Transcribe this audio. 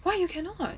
why you cannot